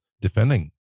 defending